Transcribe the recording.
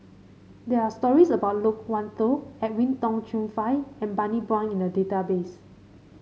there are stories about Loke Wan Tho Edwin Tong Chun Fai and Bani Buang in the database